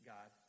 God